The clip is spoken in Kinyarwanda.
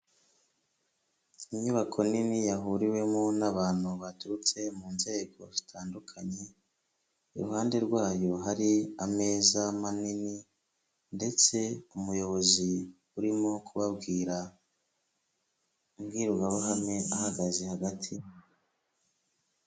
Inyubako nini yahuriwemo n'abantu baturutse mu nzego zitandukanye. Iruhande rwayo hari ameza manini ndetse umuyobozi urimo kubabwira imbwirwaruhame ahagaze hagati.